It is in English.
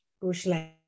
bushland